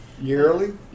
Yearly